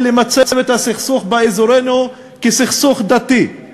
למצב את הסכסוך באזורנו כסכסוך דתי,